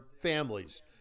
families